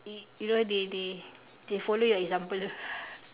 you know they they they follow your example lah